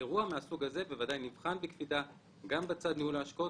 אירוע מהסוג הזה נבחן בקפידה בצד ניהול ההשקעות